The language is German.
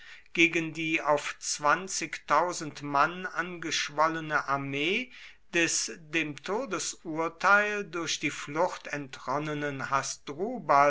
gegen die auf mann angeschwollene armee des dem todesurteil durch die flucht entronnenen